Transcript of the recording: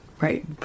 right